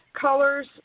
colors